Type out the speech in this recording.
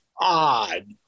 odd